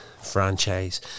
franchise